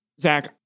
zach